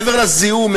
מעבר לזיהום,